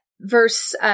Verse